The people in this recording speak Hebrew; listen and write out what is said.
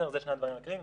זה שני הדברים העיקריים.